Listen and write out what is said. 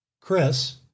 Chris